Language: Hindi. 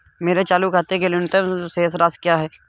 मेरे चालू खाते के लिए न्यूनतम शेष राशि क्या है?